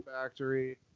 Factory